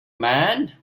man